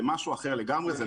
זה משהו אחר לגמרי.